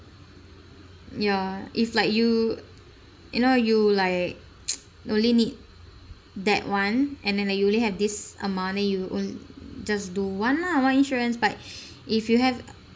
ya if like you you know you like only need that one and then like you only have this amount then you own just do one lah one insurance but if you have